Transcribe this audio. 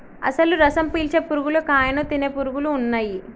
అసలు రసం పీల్చే పురుగులు కాయను తినే పురుగులు ఉన్నయ్యి